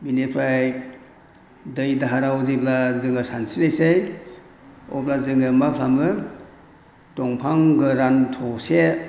बेनिफ्राय दै दाहाराव जेब्ला जोङो सानस्रिनोसै अब्ला जोङो मा खालामो दंफां गोरान थसे